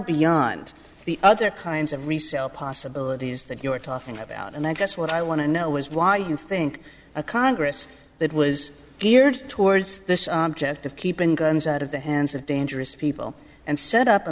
beyond the other kinds of resale possibilities that you're talking about and i guess what i want to know is why you think a congress that was geared towards this object of keeping guns out of the hands of dangerous people and set up a